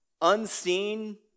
unseen